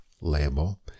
label